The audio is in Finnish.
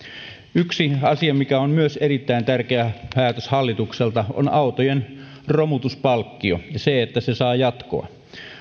yksi asia mikä on myös erittäin tärkeä päätös hallitukselta on autojen romutuspalkkio ja se että se saa jatkoa